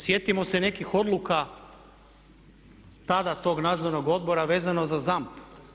Ali, sjetimo se nekih odluka tada tog nadzornog odbora vezano za ZAMP.